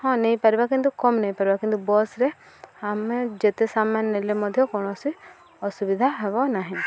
ହଁ ନେଇପାରିବା କିନ୍ତୁ କମ୍ ନେଇପାରିବା କିନ୍ତୁ ବସ୍ରେ ଆମେ ଯେତେ ସାମାନ ନେଲେ ମଧ୍ୟ କୌଣସି ଅସୁବିଧା ହେବ ନାହିଁ